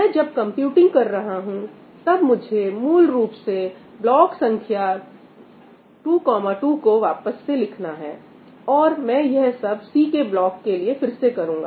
मैं जब कंप्यूटिंग कर रहा हूं तब मुझे मूल रूप से ब्लॉक संख्या22 को वापस से लिखना है और मैं यह सब C के ब्लॉक के लिए फिर से करूंगा